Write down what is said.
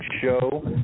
show